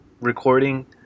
recording